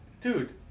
Dude